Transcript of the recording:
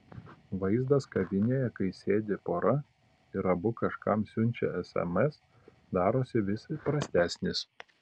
vaizdas kavinėje kai sėdi pora ir abu kažkam siunčia sms darosi vis įprastesnis